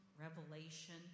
revelation